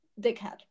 dickhead